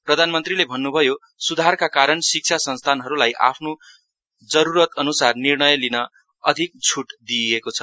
प्रधानमन्त्रीले भन्न्भयो स्धारका कारण शिक्षा संस्थानहरूलाई आफ्नो जरूरत अनुसार निर्णय लिन अधिक छ्ट दिइएको छ